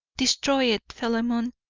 destroy it, philemon,